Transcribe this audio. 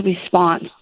response